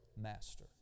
master